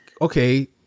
okay